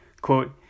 quote